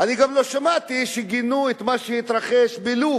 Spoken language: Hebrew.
אני גם לא שמעתי שגינו את מה שהתרחש בלוב,